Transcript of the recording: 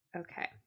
okay